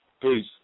Please